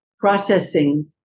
processing